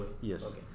Yes